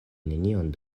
nenion